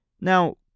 Now